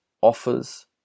offers